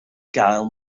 gael